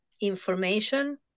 information